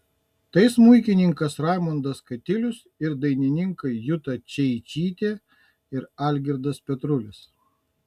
tai smuikininkas raimundas katilius ir dailininkai juta čeičytė ir algirdas petrulis